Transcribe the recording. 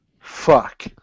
Fuck